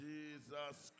Jesus